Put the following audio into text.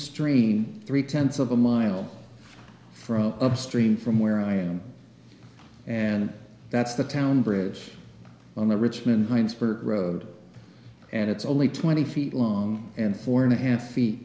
stream three tenths of a mile from upstream from where i am and that's the town bridge on the richmond heinsberg road and it's only twenty feet long and four and a half feet